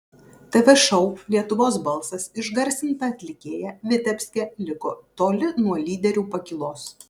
tv šou lietuvos balsas išgarsinta atlikėja vitebske liko toli nuo lyderių pakylos